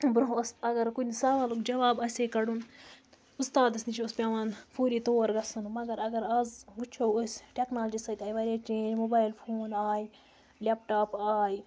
برٛونٛہہ اوس اگر کُنہِ سَوالُک جواب آسہِ ہے کَڑُن اُستادَس نِش اوس پٮ۪وان فوٗری تور گَژھُن مگر اگر آز وٕچھو أسۍ ٹٮ۪کنالجی سۭتۍ آے واریاہ چینٛج موبایِل فون آے لٮ۪پٹاپ آے